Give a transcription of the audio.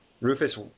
Rufus